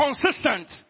consistent